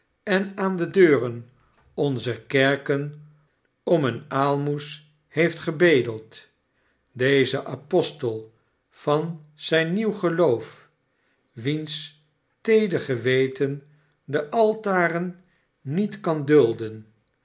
en aan de deuren onzer kerken om een aalmoes heeft gebedeld deze apostel van zijn nieuw geloof wiens teeder geweten de altaren niet kan dulden